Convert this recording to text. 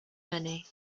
many